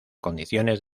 condiciones